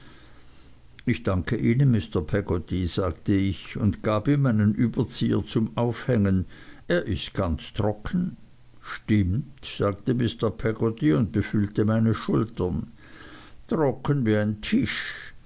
ich danke ihnen mr peggotty sagte ich und gab ihm meinen überzieher zum aufhängen er ist ganz trocken stimmt sagte mr peggotty und befühlte meine schultern trocken wie ein tisch